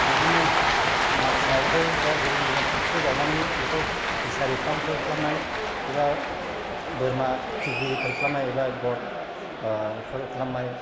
बिदिनो ना फिसिनायफोर एबा गुबुन गुबुन फुख्रिफोर जावनानै बेफोराव फिसारि फार्मफोर खालामनाय एबा बोरमा फिसिगिरिफोर खालामनाय एबा गय फोर खालामनाय